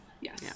Yes